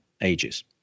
ages